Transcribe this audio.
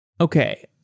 Okay